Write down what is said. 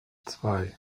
zwei